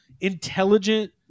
intelligent